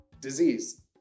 Disease